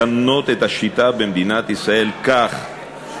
אבל האם יש למישהו ספק בחשיבות של לשנות את השיטה במדינת ישראל כך,